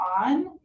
on